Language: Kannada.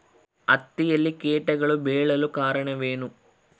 ಹತ್ತಿಯಲ್ಲಿ ಕೇಟಗಳು ಬೇಳಲು ಕಾರಣವೇನು?